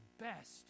best